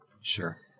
sure